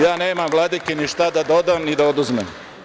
Ja nemam vladiki ni šta da dodam ni da oduzmem.